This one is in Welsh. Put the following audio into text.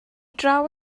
draw